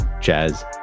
Jazz